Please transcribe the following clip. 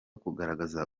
kugaragaza